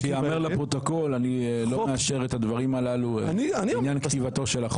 שייאמר לפרוטוקול שאני לא מאשר את הדברים הללו לעניין כתיבתו של החוק.